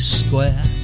square